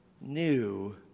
new